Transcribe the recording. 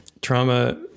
trauma